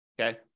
Okay